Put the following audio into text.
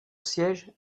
siège